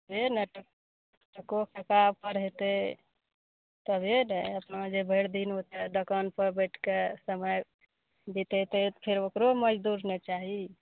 तभे ने अपना जे भरि दिन दोकानपर बैठ कऽ समय देतय तऽ फेर ओकरो मजदूरी ने चाही